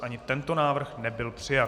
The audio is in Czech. Ani tento návrh nebyl přijat.